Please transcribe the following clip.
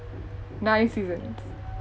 nine seasons